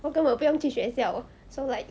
我根本不用去学校 so like